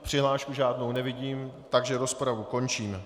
Přihlášku žádnou nevidím, takže rozpravu končím.